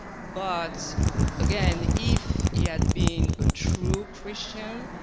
but again, if he had been a true christian,